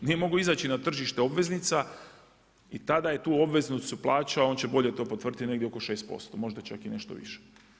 Nije mogao izaći na tržište obveznica i tada je tu obveznicu plaćao, on će bolje to potvrditi negdje oko 6%, možda čak i nešto više.